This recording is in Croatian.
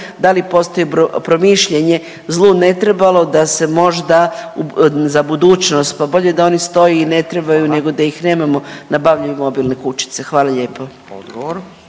da li postoji promišljanje zlu ne trebalo da se možda za budućnost, pa bolje da oni stoje i ne trebaju nego da ih nemamo nabave i mobilne kućice. Hvala lijepo.